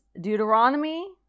Deuteronomy